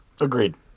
Agreed